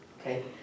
okay